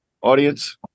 audience